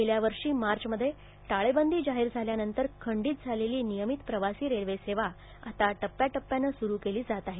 गेल्या वर्षी मार्चमध्ये टाळेबंदी जाहीर झाल्यानंतर खंडित केलेली नियमित प्रवासी रेल्वे सेवा आता टप्प्याटप्प्यात सुरू केली जात आहे